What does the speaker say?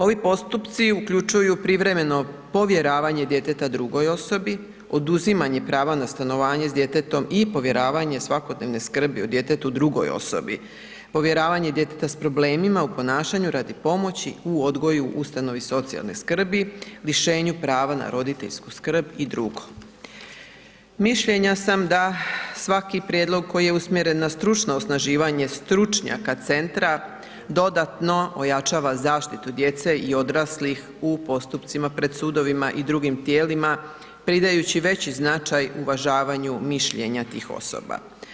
Ovi postupci uključuju privremeno povjeravanje djeteta drugoj osobi, oduzimanje pravo na stanovanje s djetetom i povjeravanje svakodnevne skrbi o djetetu drugoj osobi, povjeravanje djeteta s problemima u ponašanju radi pomoći u odgoju u ustanovi socijalne skrbi, rješenju prava na roditeljsku skrb i dr. Mišljenja sam da svaki prijedlog koji je usmjeren na stručno osnaživanje stručnjaka centra dodatno ojačava zaštitu djece i odraslih u postupcima pred sudovima i drugim tijelima pridajući veći značaj uvažavanju mišljenja tih osoba.